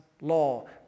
law